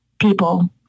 people